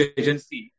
agency